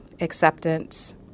acceptance